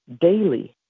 daily